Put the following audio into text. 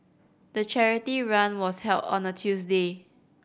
the charity run was held on a Tuesday